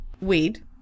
weed